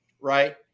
Right